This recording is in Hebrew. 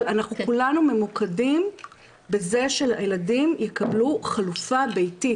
אבל כולנו ממוקדים בזה שהילדים יקבלו חלופה ביתית.